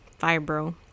fibro